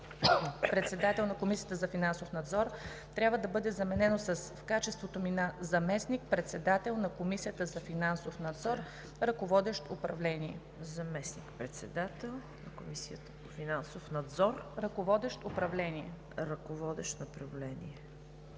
председател на Комисията за финансов надзор“, трябва да бъде заменено с „в качеството ми на заместник-председател на Комисията за финансов надзор, ръководещ управление“.